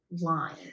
line